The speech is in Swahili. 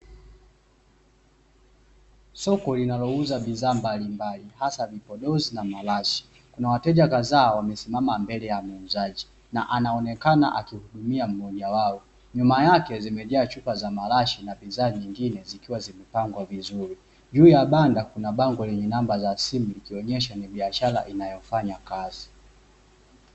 Soko linalouza bidhaa mbalimbali, hasa vipodozi na marashi. Kuna wateja kadhaa wamesimama mbele ya muuzaji na anaonekana akihudumia mmoja wao. Nyuma yake zimejaa chupa za marashi na bidhaa zingine zikiwa zimepangwa vizuri. Juu ya banda kuna bango lenye namba za simu likionyesha ni biashara inayofanya kazi.